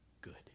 good